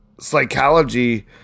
psychology